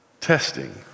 Testing